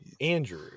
andrew